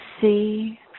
see